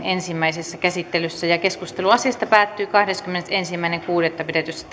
ensimmäisessä käsittelyssä keskustelu asiasta päättyi kahdeskymmenesensimmäinen kuudetta kaksituhattakuusitoista pidetyssä täysistunnossa